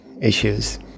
issues